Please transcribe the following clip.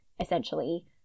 essentially